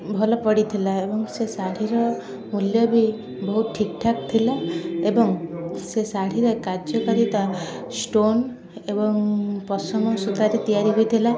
ଭଲ ପଡ଼ିଥିଲା ଏବଂ ସେ ଶାଢ଼ୀର ମୂଲ୍ୟ ବି ବହୁତ ଠିକଠାକ୍ ଥିଲା ଏବଂ ସେ ଶାଢ଼ୀରେ କାର୍ଯ୍ୟକାରିତା ଷ୍ଟୋନ୍ ଏବଂ ପଶମ ସୂତାରେ ତିଆରି ହୋଇଥିଲା